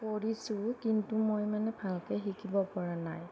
কৰিছোঁ কিন্তু মই মানে ভালকৈ শিকিব পৰা নাই